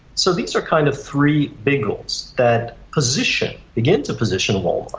so these are kind of three big roles that position, begin to position of walmart,